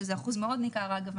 שזה אחוז מאוד ניכר אגב,